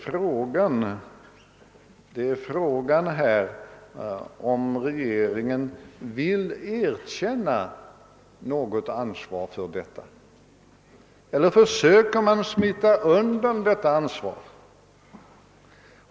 Fråga är, om regeringen vill erkänna något ansvar för denna eller om den försöker smita undan sitt ansvar.